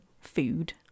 food